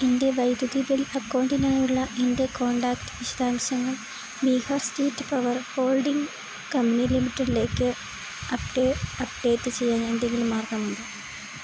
എൻ്റെ വൈദ്യുതി ബിൽ അക്കൗണ്ടിനായുള്ള എൻ്റെ കോൺടാക്റ്റ് വിശദാംശങ്ങൾ Bihar state power holding company ലിമിറ്റഡിലേക്ക് അപ്ഡേറ്റ് ചെയ്യാനെന്തെങ്കിലും മാർഗ്ഗമുണ്ടോ